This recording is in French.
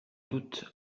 doute